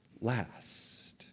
last